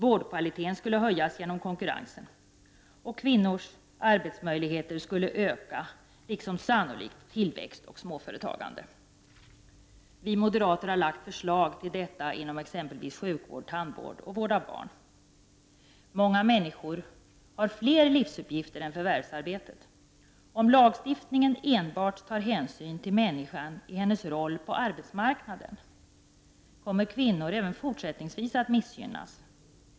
Vårdkvaliteten skulle höjas genom konkurrensen. Kvinnors arbetsmöjligheter skulle öka, liksom sannolikt tillväxt och småföretagande. Vi moderater har lagt förslag till detta inom exempelvis sjukvård, tandvård och vård av barn. Många människor har fler livsuppgifter än förvärvsarbetet. Om lagstiftningen enbart tar hänsyn till människan i hennes roll på arbetsmarknaden, kommer kvinnor även fortsättningsvis att missgynnas.